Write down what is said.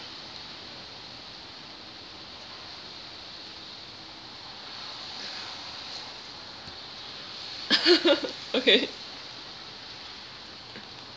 okay